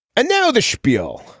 and now the spiel.